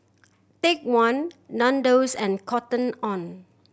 Take One Nandos and Cotton On